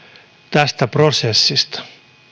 tästä prosessista